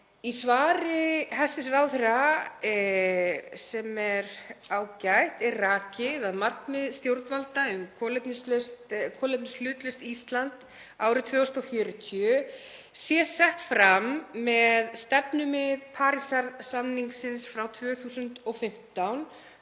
Í svari hæstv. ráðherra, sem er ágætt, er rakið að markmið stjórnvalda um kolefnishlutlaust Ísland árið 2040 sé sett fram í samræmi við stefnumið Parísarsamningsins frá 2015